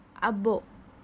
అబ్బో